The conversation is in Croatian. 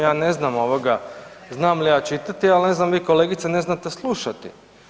Ja ne znam, znam li ja čitati ali ne znam vi kolegice ne znate slušati.